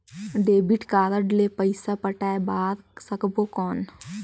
Debit card ले पइसा पटाय बार सकबो कौन?